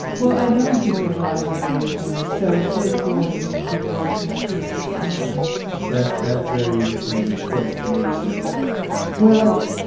well, i know in prison there is a lot of deprivation, so it's really cool that you can keep the connection so strong with them that's that's very important to me, you know well,